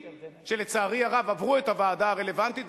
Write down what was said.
שלצערי הרב עברו את הוועדה הרלוונטית,